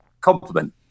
compliment